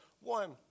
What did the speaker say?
One